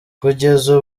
kugeza